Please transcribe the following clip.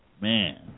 Man